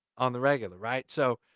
on the regular, right? so,